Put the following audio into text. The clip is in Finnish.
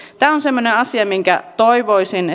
tämä on semmoinen asia minkä toivoisin